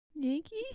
Yankee